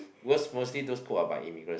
worse mostly those cook are by immigrants